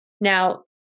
Now